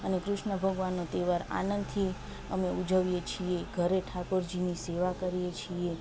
અને કૃષ્ણ ભગવાનનો તહેવાર આનંદથી અમે ઉજવીએ છીએ ઘરે ઠાકોરજીની સેવા કરીએ છીએ